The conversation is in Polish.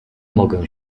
mogę